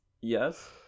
yes